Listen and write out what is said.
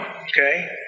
okay